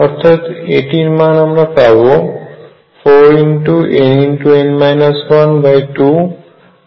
অর্থাৎ এটির মান আমরা পাব 4nn 122×n